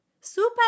Super